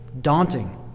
daunting